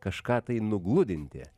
kažką tai nugludinti